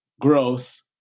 growth